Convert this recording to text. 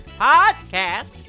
podcast